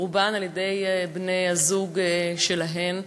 רובן על-ידי בני-הזוג שלהן.